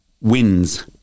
wins